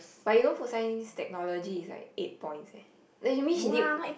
but you know food science technology is like eight points eh then you mean she did